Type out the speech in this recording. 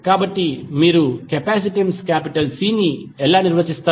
కాబట్టి మీరు capacitance C ని ఎలా నిర్వచిస్తారు